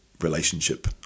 relationship